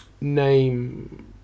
name